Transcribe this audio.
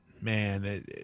man